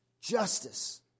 Justice